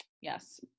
Yes